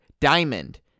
diamond